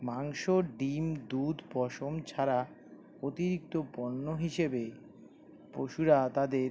মাংস ডিম দুধ পশম ছাড়া অতিরিক্ত পণ্য হিসেবে পশুরা তাদের